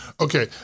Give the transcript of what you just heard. Okay